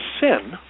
sin